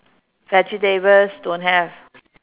vegetables don't have